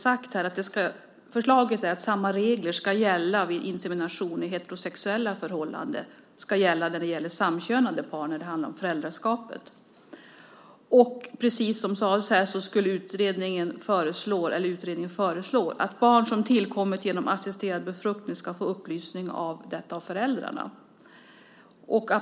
Ett förslag är att samma regler ska gälla för heterosexuella och för samkönade par när det handlar om föräldraskapet vid insemination. Precis som sades här föreslår utredningen att barn som tillkommit genom assisterad befruktning ska få upplysning om detta av föräldrarna.